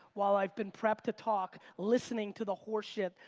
while i've been prepped to talk, listening to the horse-shit,